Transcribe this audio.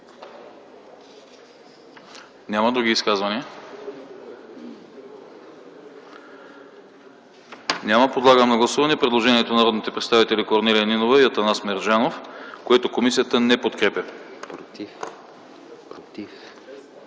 Други изказвания няма. Подлагам на гласуване предложението на народните представители Корнелия Нинова и Атанас Мерджанов, което комисията не подкрепя. Гласували